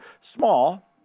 small